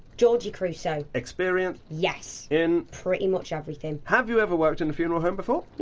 georgie crusoe. experience? yes. in? pretty much everything. have you ever worked in a funeral home before?